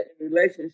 relationship